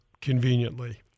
conveniently